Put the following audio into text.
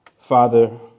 Father